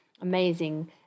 amazing